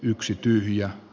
yksi tyhjä